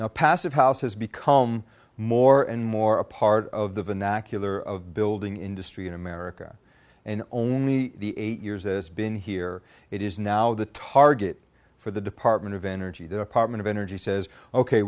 a passive house has become more and more a part of the vernacular of building industry in america and only the eight years as been here it is now the target for the department of energy department of energy says ok